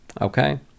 okay